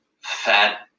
fat